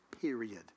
period